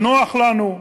ונוח לנו,